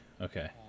Okay